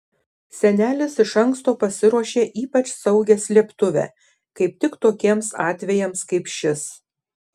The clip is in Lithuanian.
senelis iš anksto pasiruošė ypač saugią slėptuvę kaip tik tokiems atvejams kaip šis